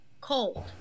Cold